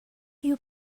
you